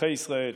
אזרחי ישראל,